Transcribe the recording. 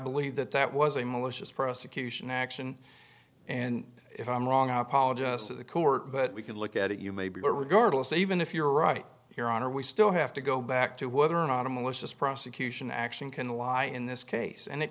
believe that that was a malicious prosecution action and if i'm wrong i apologise to the court but we can look at it you maybe but regardless even if you're right here on are we still have to go back to whether or not a malicious prosecution action can lie in this case and it